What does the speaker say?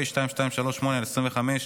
פ/2238/25,